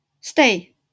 stay